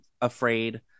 afraid